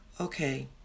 Okay